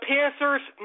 Panthers